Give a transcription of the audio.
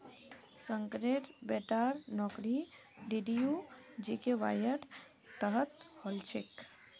शंकरेर बेटार नौकरी डीडीयू जीकेवाईर तहत हल छेक